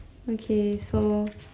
okay so